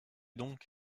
donc